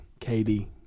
KD